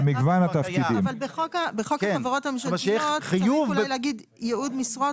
אבל בחוק החברות הממשלתיות צריך להגיד: "ייעוד משרות",